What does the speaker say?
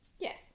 Yes